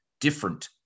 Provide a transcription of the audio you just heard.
different